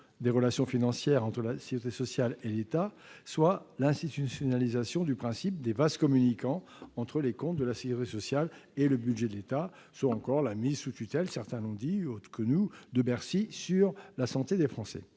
des relations financières entre la sécurité sociale et l'État, soit l'institutionnalisation du principe des vases communicants entre les comptes de la sécurité sociale et le budget de l'État, soit encore la mise sous tutelle de la santé des Français